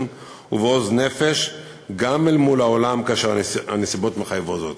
ובעוז נפש גם אל מול העולם כאשר הנסיבות מחייבות זאת.